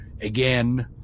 again